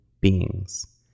beings